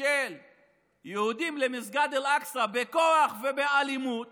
של יהודים למסגד אל-אקצא בכוח ובאלימות